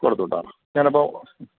കൊടുത്തു വിട്ടാൽമതി ഞാൻ അപ്പോൾ